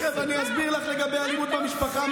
תכף אני אסביר לך מה אנחנו עושים לגבי אלימות במשפחה.